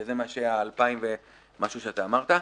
שזה מה שהאלפיים ומשהו שאמרת.